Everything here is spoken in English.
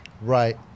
Right